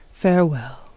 farewell